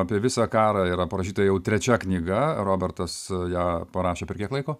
apie visą karą yra parašyta jau trečia knyga robertas ją parašė per kiek laiko